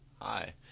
Hi